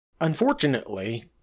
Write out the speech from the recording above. unfortunately